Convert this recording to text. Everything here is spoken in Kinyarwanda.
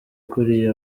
ukuriye